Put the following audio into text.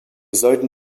sollten